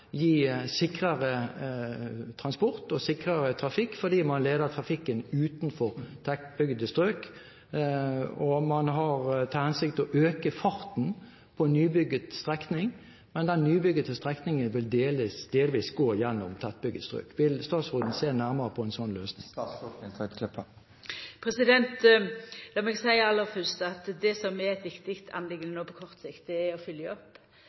gi sikrere transport og sikrere trafikk, fordi man leder trafikken utenfor tettbygde strøk. Man har til hensikt å øke farten på nybygd strekning, men den nybygde strekningen vil delvis gå gjennom tettbygd strøk. Vil statsråden se nærmere på dette? Lat meg seia aller fyrst at det som er viktig no på kort sikt, er å følgja opp